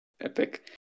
Epic